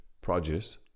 produce